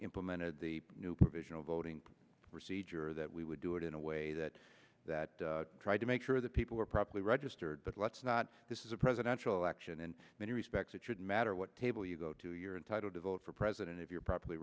implemented the new provisional voting procedure that we would do it in a way that that tried to make sure that people were properly registered but let's not this is a presidential election in many respects it should matter what table you go to you're entitled to vote for president if you're properly